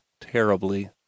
terribly